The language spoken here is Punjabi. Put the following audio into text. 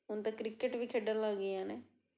ਹੁਣ ਤਾਂ ਕ੍ਰਿਕਟ ਵੀ ਖੇਡਣ ਲੱਗ ਗਈਆਂ ਨੇ